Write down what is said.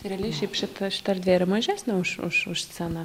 tai realiai šiaip šita šita erdvė yra mažesnė už už už sceną